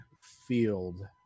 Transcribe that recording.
field